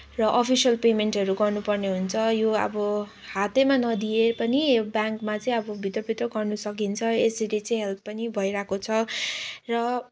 र अफिसियल पेमेन्टहरू गर्नुपर्ने हुन्छ यो अब हातैमा नदिए पनि ब्याङ्कमा चाहिँ अब भित्र भित्र गर्नुसकिन्छ यसरी चाहिँ हेल्प पनि भइरहेको छ र